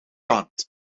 kant